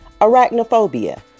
arachnophobia